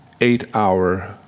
eight-hour